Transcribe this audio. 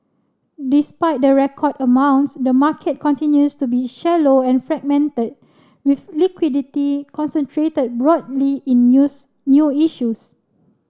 despite the record amounts the market continues to be shallow and fragmented with liquidity concentrated broadly in news new issues